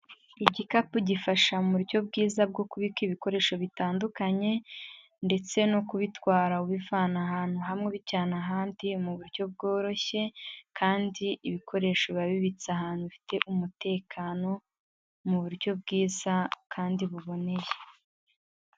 Igikapu gifasha mu buryo bwiza bwo kubika ibikoresho bitandukanye, ndetse no kubitwara ubivana ahantu hamwe ubijyana ahandi mu buryo bworoshye, kandi ibikoresho biba bibitse ahantu bifite umutekano mu buryo bwiza kandi buboneye.